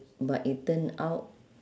but it turn out